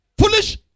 Foolish